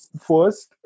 first